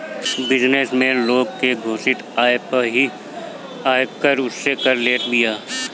business man लोग के घोषित आय पअ ही आयकर उनसे कर लेत बिया